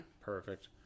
Perfect